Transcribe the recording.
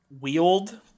wheeled